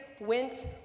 went